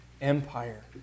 Empire